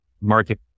market